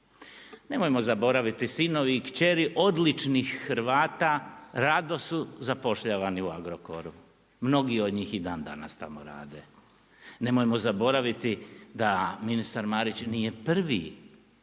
Nemojmo zaboraviti, sinovi i kćeri odličnih Hrvata, rado su zapošljavani u Agrokoru. Mnogi od njih i dan danas tamo rade. Nemojmo zaboraviti da ministar Marić nije prvi